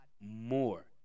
more